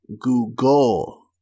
Google